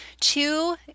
two